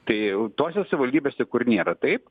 tai jau tose savivaldybėse kur nėra taip